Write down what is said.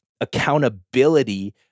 accountability